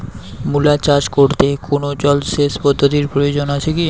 মূলা চাষ করতে কোনো জলসেচ পদ্ধতির প্রয়োজন আছে কী?